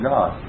God